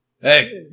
Hey